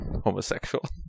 homosexual